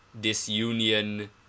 disunion